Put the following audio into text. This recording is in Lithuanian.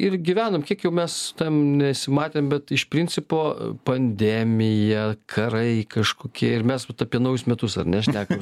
ir gyvenom kiek mes su tavim nesimatėm bet iš principo pandemija karai kažkokie ir mes apie naujus metus ar ne šnekam